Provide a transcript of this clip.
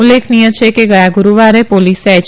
ઉલ્લેખનીય છે કે ગયા ગુરૂવારે પોલીસે એચ